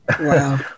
Wow